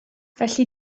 felly